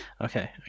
Okay